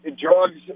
drugs